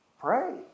pray